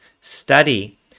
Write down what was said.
study